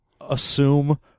assume